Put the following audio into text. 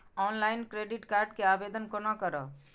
Online credit card के आवेदन कोना करब?